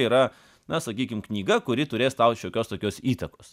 yra na sakykim knyga kuri turės tau šiokios tokios įtakos